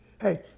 Hey